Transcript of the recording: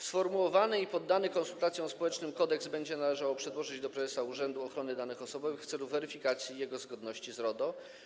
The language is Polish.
Sformułowany i poddany konsultacjom społecznym kodeks będzie należało przedłożyć prezesowi Urzędu Ochrony Danych Osobowych w celu weryfikacji jego zgodności z RODO.